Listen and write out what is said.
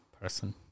person